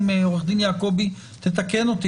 אנחנו סבורות שבסעיף 4(1)(ו),